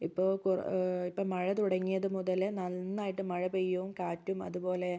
ഇപ്പോൾ ഇപ്പം മഴ തുടങ്ങിയത് മുതൽ നന്നായിട്ട് മഴ പെയ്യും കാറ്റും അതുപോലെ